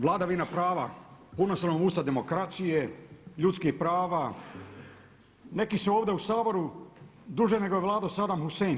Vladavina prava, puna su nam usta demokracije, ljudskih prava, neki su ovdje u Saboru duže nego je vladao Sadam Husein.